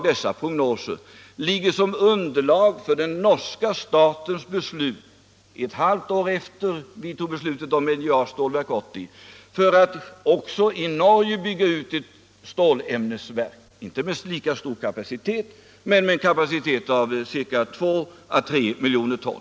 Dessa prognoser ligger till grund för den norska statens beslut — vilket fattades ett halvt år efter det att vi fattat beslut om NJA:s Stålverk 80 — att i Norge bygga ut ett stålämnesverk, inte med lika stor kapacitet som Stålverk 80 men med en kapacitet av 2-3 miljoner ton.